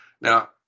Now